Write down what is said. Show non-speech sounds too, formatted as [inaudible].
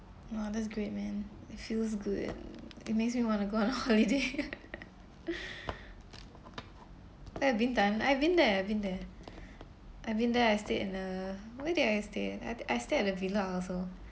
!wah! that's great man it feels good [noise] it makes me want to go on [laughs] holiday [laughs] [breath] there have been times I've been there been there I've been there I stayed in the where did I stay I thi~ I stay at the villa also